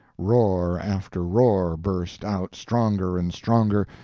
roar after roar burst out, stronger and stronger,